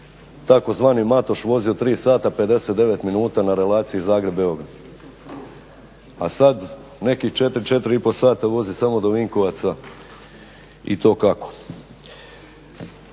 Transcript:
tzv. Matoš vozio 3 sata 59 minuta na relaciji Zagreb – Beograd. A sad nekih 4, 4 i pol sata vozi samo do Vinkovaca i to kako.